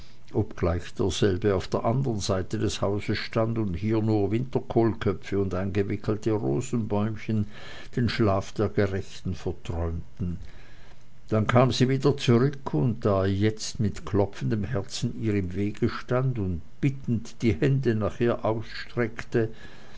obgleich derselbe auf der anderen seite des hauses stand und hier nur winterkohlköpfe und eingewickelte rosenbäumchen den schlaf der gerechten verträumten dann kam sie wieder zurück und da er jetzt mit klopfendem herzen ihr im wege stand und bittend die hände nach ihr ausstreckte